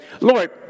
Lord